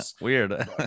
Weird